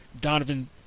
Donovan